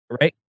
right